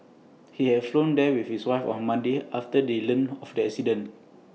he had flown there with his wife on Monday after they learnt of the accident